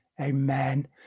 amen